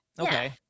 Okay